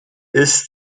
ist